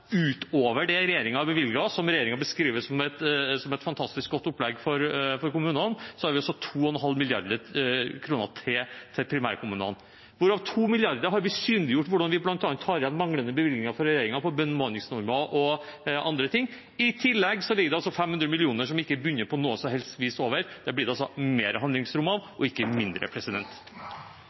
utover det regjeringen bevilger, som regjeringen beskriver som et fantastisk godt opplegg for kommunene, 2,5 mrd. kr til til primærkommunene, hvorav 2 mrd. kr har blitt synliggjort hvordan vi bl.a. tar igjen manglende bevilgninger fra regjeringen på bemanningsnormer og andre ting. I tillegg ligger det 500 mill. kr over, som ikke er bundet opp på noe som helst vis. Det blir det mer handlingsrom av, og ikke mindre.